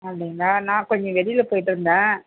அப்படிங்களா நான் கொஞ்சம் வெளியில போய்விட்டு வந்தேன்